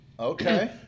Okay